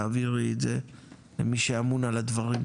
תעבירי את זה למי שאמון על הדברים,